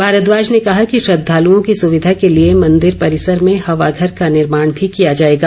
भारद्वाज ने कहा कि श्रद्वालुओं की सुविधा के लिए मंदिर परिसर में हवाघर का निर्माण भी किया जाएगा